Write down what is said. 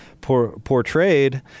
portrayed